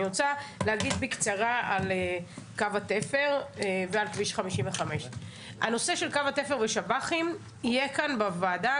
אני רוצה להגיד בקצרה על קו התפר ועל כביש 55. הנושא של קו התפר והשב"חים יהיה כאן בוועדה,